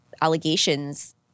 allegations